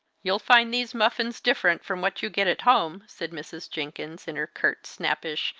you'll find these muffins different from what you get at home, said mrs. jenkins, in her curt, snappish,